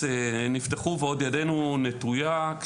וידנו עוד נטויה,